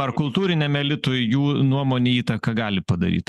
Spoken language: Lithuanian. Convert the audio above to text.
ar kultūriniam elitui jų nuomonė įtaką gali padaryt